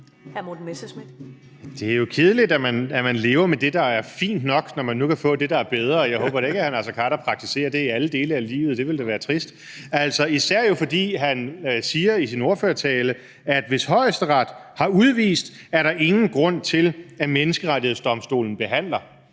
vil nøjes med at leve med det, der er fint nok, når man nu kan få det, der er bedre. Jeg håber da ikke, at hr. Naser Khader praktiserer det i alle dele af livet – det ville da være trist – især jo fordi han i sin ordførertale siger, at hvis Højesteret har udvist nogen, er der ingen grund til, at Menneskerettighedsdomstolen behandler